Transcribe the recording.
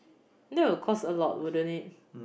that would cost a lot wouldn't it